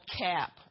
cap